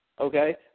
okay